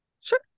Sure